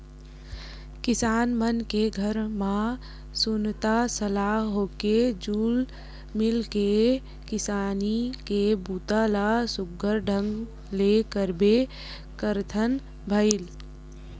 किसान मन के घर म सुनता सलाह होके जुल मिल के किसानी के बूता ल सुग्घर ढंग ले करबे करथन भईर